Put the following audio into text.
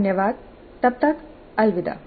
धन्यवाद तब तक अलविदा